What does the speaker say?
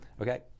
okay